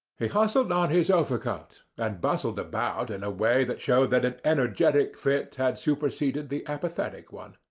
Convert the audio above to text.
he hustled on his overcoat, and bustled about in a way that showed that an energetic fit had superseded the apathetic one.